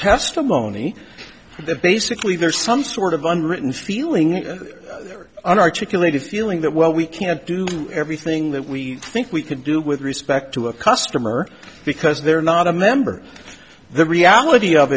testimony that basically there's some sort of unwritten feeling or an articulated feeling that well we can't do everything that we think we can do with respect to a customer because they're not a member the reality of